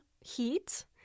heat